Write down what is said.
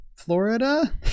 Florida